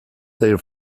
their